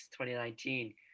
2019